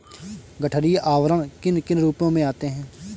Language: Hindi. गठरी आवरण किन किन रूपों में आते हैं?